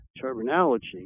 terminology